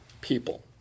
people